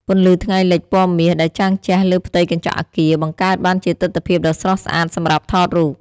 ពន្លឺថ្ងៃលិចពណ៌មាសដែលចាំងជះលើផ្ទៃកញ្ចក់អគារ បង្កើតបានជាទិដ្ឋភាពដ៏ស្រស់ស្អាតសម្រាប់ថតរូប។